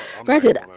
granted